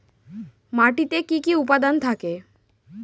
মাটিতে কি কি উপাদান থাকে?